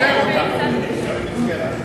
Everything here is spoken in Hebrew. אני כל הזמן מוכר אותך.